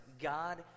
God